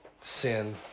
sin